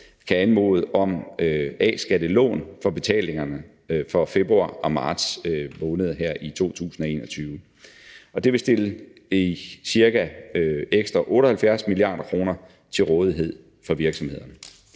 kan anmode om A-skattelån for betalingerne for februar og marts måned her i 2021. Det vil stille ekstra ca. 78 mia. kr. til rådighed for virksomhederne.